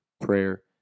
prayer